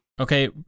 Okay